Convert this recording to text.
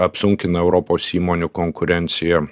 apsunkina europos įmonių konkurenciją